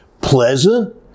pleasant